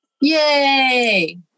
Yay